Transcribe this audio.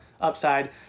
upside